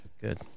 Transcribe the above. Good